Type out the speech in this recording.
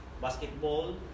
basketball